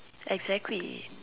exactly